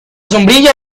sombrilla